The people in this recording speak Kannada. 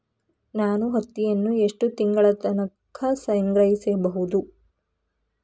ನಾನು ಹತ್ತಿಯನ್ನ ಎಷ್ಟು ತಿಂಗಳತನ ಸಂಗ್ರಹಿಸಿಡಬಹುದು?